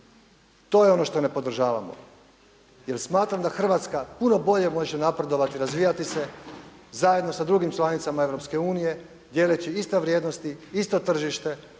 To je ono što ne podržavamo jer smatram da Hrvatska puno bolje može napredovati, razvijati se zajedno sa drugim članicama Europske unije dijeleći iste vrijednosti, isto tržište